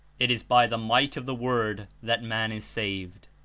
it is by the might of the word that man is saved.